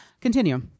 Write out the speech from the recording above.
continue